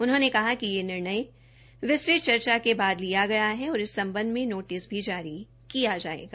उन्होंने कहा कि यह निर्णय विस्तृत चर्चा के बाद लिया गया है और इस संबंध में नोटिस भी जारी किया जायेगा